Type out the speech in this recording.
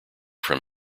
from